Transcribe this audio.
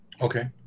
Okay